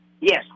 yes